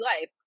life